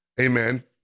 amen